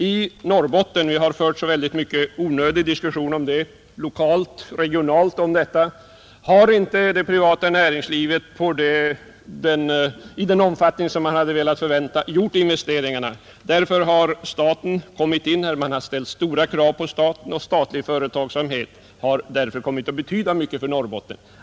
I Norrbotten — vi har haft så mycken onödig diskussion om detta både lokalt och regionalt — har inte det privata näringslivet i den omfattning som man hade kunnat förvänta gjort de nödvändiga investeringarna, Därför har staten kommit in. Man har ställt stora krav på staten, och statlig företagsamhet har därför kommit att betyda mycket för Norrbotten.